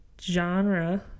genre